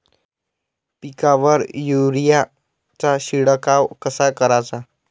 पिकावर युरीया चा शिडकाव कसा कराचा?